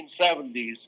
1970s